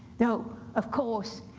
now, of course,